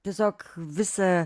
tiesiog visą